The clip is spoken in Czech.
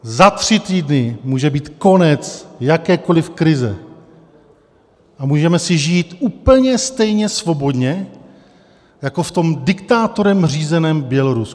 Za tři týdny může být konec jakékoliv krize a můžeme si žít úplně stejně svobodně jako v tom diktátorem řízeném Bělorusku.